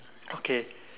okay